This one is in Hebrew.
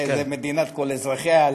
באיזו מדינת כל אזרחיה,